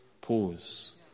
Pause